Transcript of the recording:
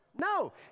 No